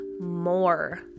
more